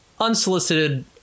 unsolicited